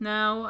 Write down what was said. Now